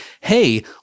Hey